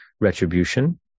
retribution